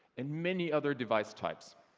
and many other device types.